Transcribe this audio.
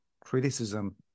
criticism